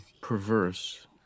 perverse